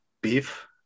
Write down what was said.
beef